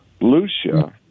Lucia